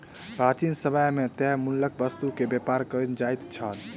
प्राचीन समय मे तय मूल्यक वस्तु के व्यापार कयल जाइत छल